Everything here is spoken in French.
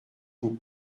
vous